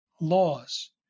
laws